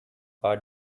are